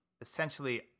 essentially